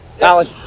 alan